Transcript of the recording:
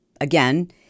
again